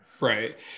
Right